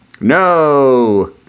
No